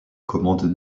commandes